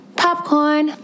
popcorn